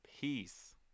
peace